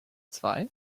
zwei